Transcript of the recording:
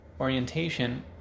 orientation